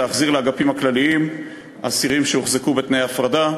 להחזיר לאגפים הכלליים אסירים שהוחזקו בתנאי הפרדה,